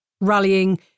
rallying